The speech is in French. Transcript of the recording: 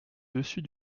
dessus